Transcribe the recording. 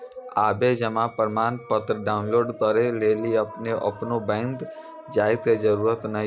आबे जमा प्रमाणपत्र डाउनलोड करै लेली अपनो बैंक जाय के जरुरत नाय छै